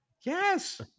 yes